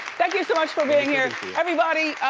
thank you so much for being here. everybody,